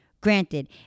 granted